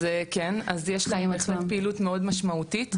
כן, אז יש להם בהחלט פעילות מאוד משמעותית.